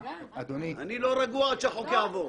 אני לא רגוע עד שהחוק יעבור.